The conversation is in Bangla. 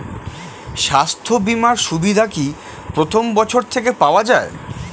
স্বাস্থ্য বীমার সুবিধা কি প্রথম বছর থেকে পাওয়া যায়?